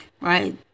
Right